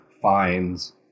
fines